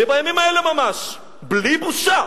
ובימים האלה ממש בלי בושה,